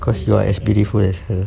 cause you are as beautiful as her